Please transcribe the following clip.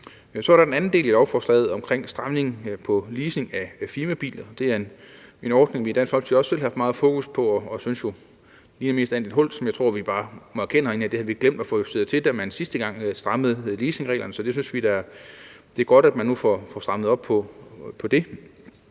er der den anden del af lovforslaget om stramning af leasing af firmabiler. Det er en ordning, vi i Dansk Folkeparti selv har haft meget fokus på, og vi synes jo, at det mest af alt ligner et hul, som jeg tror vi herinde bare må erkende vi har glemt at få lukket, da vi sidste gang strammede leasingreglerne. Så vi synes da, at det er godt, at man nu får strammet op på det.